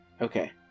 Okay